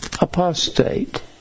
Apostate